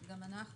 גם אנחנו.